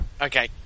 Okay